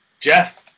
Jeff